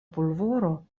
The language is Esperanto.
pulvoro